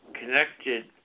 connected